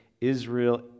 Israel